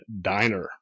Diner